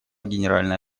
генеральной